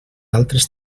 altres